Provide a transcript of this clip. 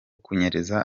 kunyereza